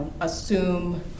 assume